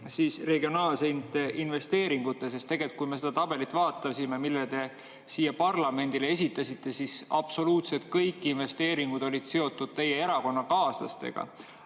Eesti regionaalsete investeeringute kaudu. Tegelikult, kui me seda tabelit vaatasime, mille te siia parlamendile esitasite, siis absoluutselt kõik investeeringud olid seotud teie erakonnakaaslastega.